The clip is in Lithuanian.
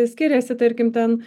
skiriasi tarkim ten